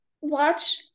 watch